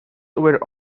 were